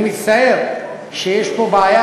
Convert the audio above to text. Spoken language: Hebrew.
אני מצטער שיש פה בעיה,